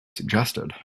suggested